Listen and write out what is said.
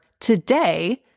today